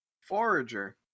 Forager